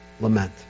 lament